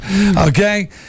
Okay